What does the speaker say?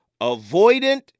avoidant